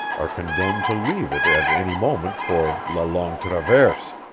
are condemned to leave it at any moment for la longue traverse.